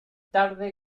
tarde